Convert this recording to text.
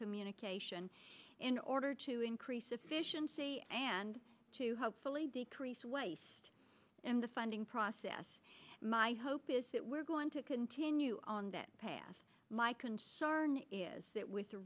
communication in order to increase efficiency and to hopefully decrease waste and the funding process my hope is that we're going to continue on that path my concern is that with the